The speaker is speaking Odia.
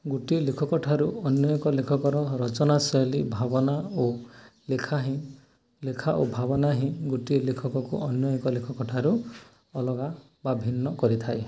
ଗୋଟିଏ ଲେଖକଠାରୁ ଅନ୍ୟ ଏକ ଲେଖକର ରଚନା ଶୈଳୀ ଭାବନା ଓ ଲେଖା ହିଁ ଲେଖା ଓ ଭାବନା ହିଁ ଗୋଟିଏ ଲେଖକକୁ ଅନ୍ୟ ଏକ ଲେଖକଠାରୁ ଅଲଗା ବା ଭିନ୍ନ କରିଥାଏ